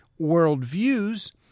worldviews